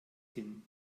tim